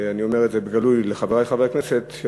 ואני אומר את זה בגלוי לחברי חברי הכנסת,